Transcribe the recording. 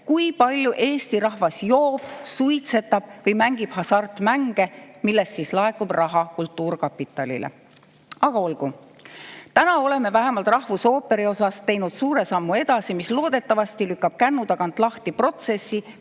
kui palju Eesti rahvas joob, suitsetab või mängib hasartmänge, millest siis laekub raha kultuurkapitalile. Aga olgu. Täna oleme vähemalt rahvusooperi puhul astunud suure sammu edasi, loodetavasti lükkab see kännu tagant lahti protsessi,